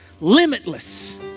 limitless